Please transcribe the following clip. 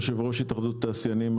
יושב ראש התאחדות התעשיינים,